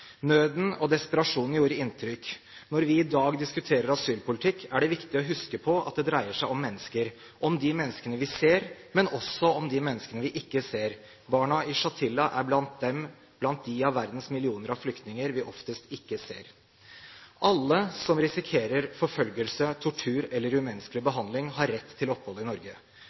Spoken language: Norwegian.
Nøden og desperasjonen gjorde inntrykk. Når vi i dag diskuterer asylpolitikk, er det viktig å huske på at det dreier seg om mennesker – om de menneskene vi ser, men også om de menneskene vi ikke ser. Barna i Shatila er blant de av verdens millioner flyktninger vi oftest ikke ser. Alle som risikerer forfølgelse, tortur eller umenneskelig behandling, har rett til opphold i Norge.